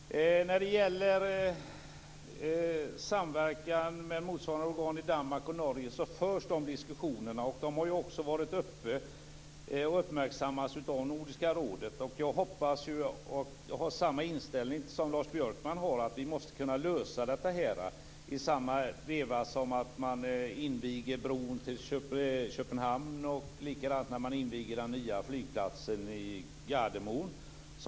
Fru talman! Det förs diskussioner om samverkan med motsvarande organ i Danmark och Norge. Frågan har också uppmärksammats av Nordiska rådet. Jag har samma inställning som Lars Björkman, att vi måste kunna lösa problemet i samma veva som bron till Köpenhamn och den nya flygplatsen i Gardemoen invigs.